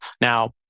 Now